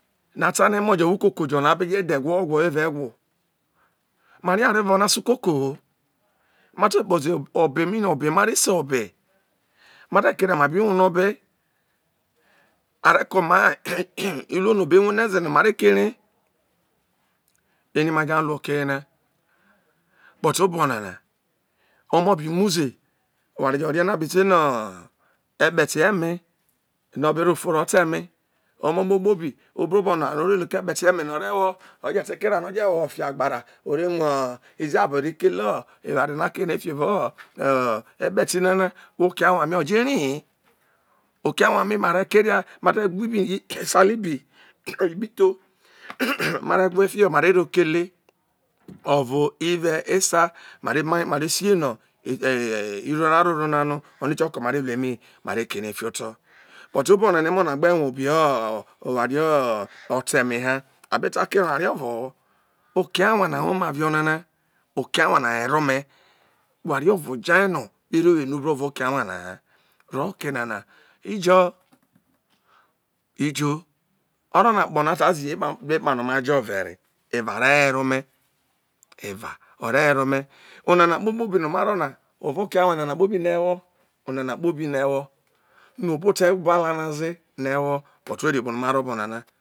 Nọ ata nọ emo jo wo uko ko jọ no a be jọ dhe eva o egwo ma rfe oware no are se ukoko mate kpozi obe mi na mare se ma te keria ma bi wune obe are kọ mai iruo nọ obọ ewune ze no ma re kere rere ma jo ha in oke ye na but obo nana omọ bi ọbọ nana omọ bi muze oware jo rie onọ a bi se no epeti eme nọ obe tọ ofo ro ta eme ọmọmo kpobi o bro bọ nọ oware nọ o lu ko ekpeti eme na ọ rewo oje ti keria na ore ono owo fio agbara o re muo izi abo ero keleo aware no a kere fio evao o ekpeti nana evaọ oke awa ọjọ eri hi ma oma mi ma re keria ma je gwa esa ubi hayo ibi tho mare gwa fio mare ro kele ovo ive esa mave sie no iroraro na no are ro kele ovo ive esa ma re ma ine sie nọ iroraoro na no onu kioko ma re lu eme mare kere ei fio oto but obona na emo na gbe rue obe ọ eware ọ ọte me ha abe ta kere oware ovoho oke awana wo ma vi on ena oke awa na were ome oware ọvọ ja ye nọ me ro wọ enu bro evao oke awa na ha rọ ho oke nana ijo ijo orọ no akpọ na ta ziye kpo epario ma vere eva rewere ome eva ore were ọ me onana kpo kpo bi no ma ro na eva o oke awa enana kpobi na ewo no bọ ote gwo naze no ewo but wo ri obọ nọ ma ro obo nana.